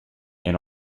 and